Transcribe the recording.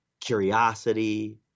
curiosity